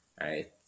right